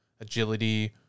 agility